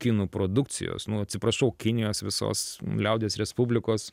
kinų produkcijos nu atsiprašau kinijos visos liaudies respublikos